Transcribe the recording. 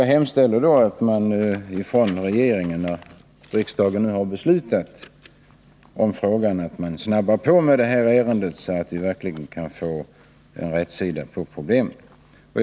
Jag hemställer till sist att man inom regeringen, sedan riksdagen nu fattat sitt beslut, skyndar på med det här ärendet så att vi verkligen kan få en rätsida på problemen.